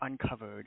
uncovered